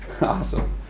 Awesome